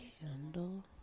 candle